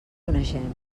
coneixem